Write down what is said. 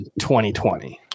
2020